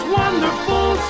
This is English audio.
wonderful